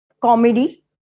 comedy